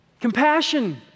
compassion